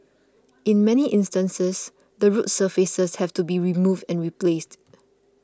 in many instances the road surfaces have to be removed and replaced